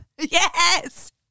Yes